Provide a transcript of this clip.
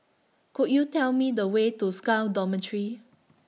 Could YOU Tell Me The Way to Scal Dormitory